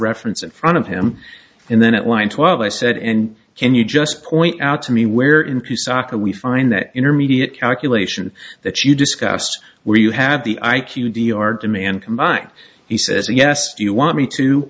reference in front of him and then at one twelve i said and can you just point out to me where into soccer we find that intermediate calculation that you discuss where you have the i q d r demand combined he says yes do you want me to